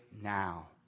now